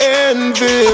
envy